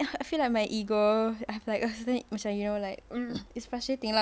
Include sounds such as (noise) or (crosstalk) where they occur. I feel like my ego I have like macam like (noise) it's frustrating lah